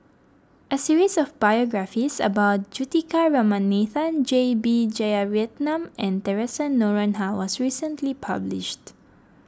a series of biographies about Juthika Ramanathan J B Jeyaretnam and theresa Noronha was recently published